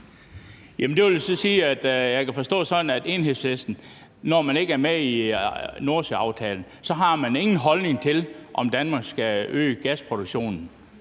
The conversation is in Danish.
det sådan, at Enhedslisten, når man ikke er med i Nordsøaftalen, ikke har nogen holdning til, om Danmark skal øge gasproduktionen.